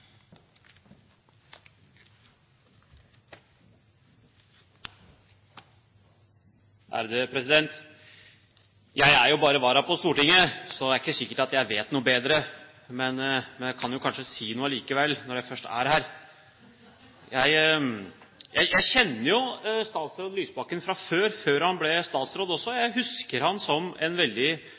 jo bare vara på Stortinget, så det er ikke sikkert at jeg vet bedre, men jeg kan kanskje si noe allikevel, når jeg først er her. Jeg kjenner jo statsråd Lysbakken fra før, før han ble statsråd også, og jeg husker ham som en veldig